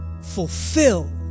fulfill